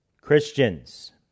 Christians